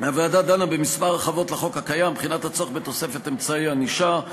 הוועדה דנה בכמה הרחבות לחוק הקיים: בחינת הצורך בתוספת אמצעי ענישה,